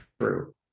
true